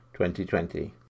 2020